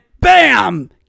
BAM